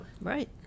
Right